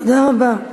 תודה רבה,